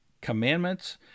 commandments